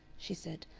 she said.